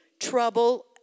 trouble